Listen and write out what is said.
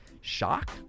shock